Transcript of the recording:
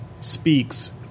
speaks